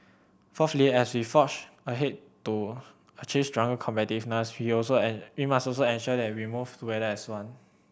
fourthly as we forge ahead to achieve stronger competitiveness we also must also ensure that we move together as one